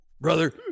Brother